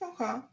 okay